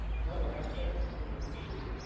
another aspect, when i came to